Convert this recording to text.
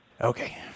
Okay